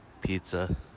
Pizza